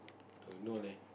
don't know leh